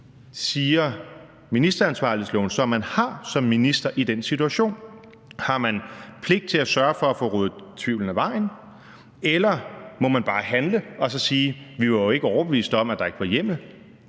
siger ministeransvarlighedsloven så man har som minister i den situation? Har man pligt til at sørge for at få ryddet tvivlen af vejen, eller må man bare handle og så sige: Vi var jo ikke overbevist om, at der ikke var hjemmel?